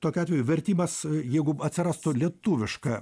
tokiu atveju vertimas jeigu atsirastų lietuviška